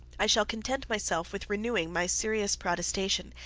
i shall content myself with renewing my serious protestation,